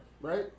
right